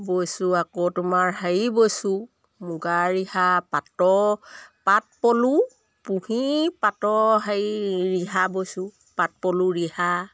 বৈছোঁ আকৌ তোমাৰ হেৰি বৈছোঁ মুগাৰ ৰিহা পাতৰ পাত পলো পুহি পাতৰ হেৰি ৰিহা বৈছোঁ পাত পলোঁ ৰিহা